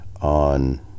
on